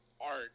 art